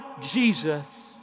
Jesus